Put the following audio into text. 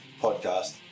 podcast